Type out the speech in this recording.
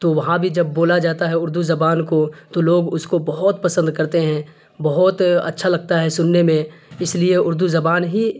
تو وہاں بھی جب بولا جاتا ہے اردو زبان کو تو لوگ اس کو بہت پسند کرتے ہیں بہت اچھا لگتا ہے سننے میں اس لیے اردو زبان ہی